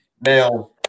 now